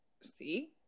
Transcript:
see